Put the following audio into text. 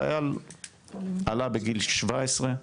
חייל עלה בגיל 17,